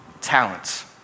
talents